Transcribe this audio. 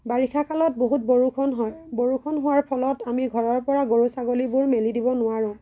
বাৰিষা কালত বহুত বৰষুণ হয় বৰষুণ হোৱাৰ ফলত আমি ঘৰৰ পৰা গৰু ছাগলীবোৰ মেলি দিব নোৱাৰোঁ